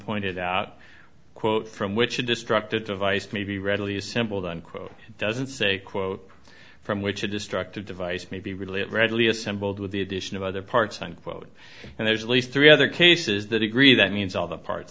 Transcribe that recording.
pointed out quote from which a destructive device may be readily assembled unquote doesn't say quote from which a destructive device may be related readily assembled with the addition of other parts unquote and there's at least three other cases that agree that means all the parts